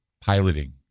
piloting